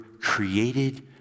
created